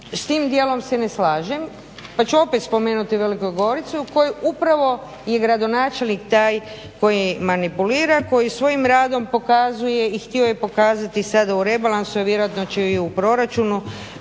s tim dijelom se ne slažem pa ću opet spomenuti Veliku Goricu u kojoj upravo je gradonačelnik taj koji manipulira, koji svojim radom pokazuje i htio je pokazati sada u rebalansu a vjerojatno će i u proračunu